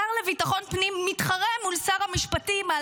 השר לביטחון לאומי מתחרה מול שר המשפטים על